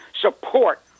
support